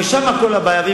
ושם כל הבעיה,